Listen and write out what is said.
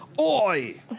Oi